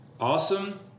awesome